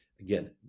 Again